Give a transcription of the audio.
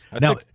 Now